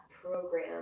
program